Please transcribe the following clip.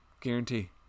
Guarantee